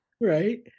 Right